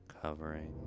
covering